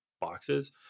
boxes